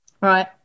Right